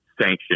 sanction